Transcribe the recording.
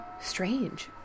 Strange